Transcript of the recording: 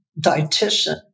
dietitian